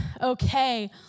okay